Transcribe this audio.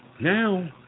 Now